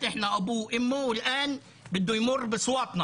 חוק לקידום הבנייה במתחמים מועדפים לדיור (הוראת שעה)